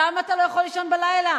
למה אתה לא יכול לישון בלילה?